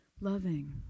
Loving